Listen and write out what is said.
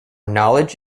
knowledge